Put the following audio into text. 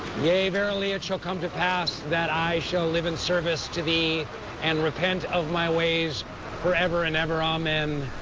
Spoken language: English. yea verily it shall come to pass that i shall live in service to thee and repent of my ways forever and ever, amen,